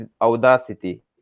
audacity